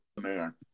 man